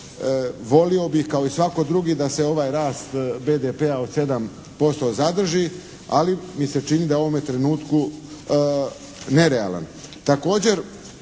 volio bih kao i svako drugi da se ovaj rast BDP-a o 7% zadrži, ali mi se čini da je u ovome trenutku nerealan.